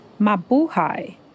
Mabuhay